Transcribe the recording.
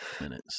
minutes